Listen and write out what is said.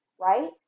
right